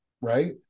right